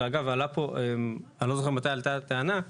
ואגב, עלה פה, אני לא זוכר מתי עלתה הטענה.